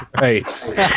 Right